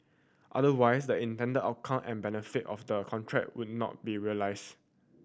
otherwise the intended of outcome and benefit of the contract would not be realised